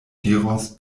diros